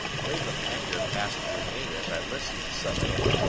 a wave of anger passed through me as i listened to summerlee.